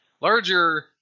Larger